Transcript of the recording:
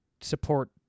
support